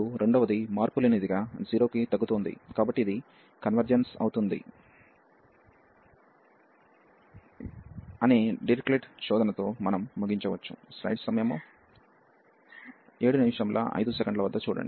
మరియు రెండవది మార్పులేనిదిగా 0 కి తగ్గుతోంది కాబట్టి ఇది కన్వర్జెన్స్ అవుతుంది అనే డిరిచ్లెట్ టెస్ట్ తో మనం ముగించవచ్చు